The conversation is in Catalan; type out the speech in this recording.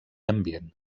ambient